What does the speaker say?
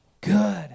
good